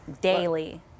daily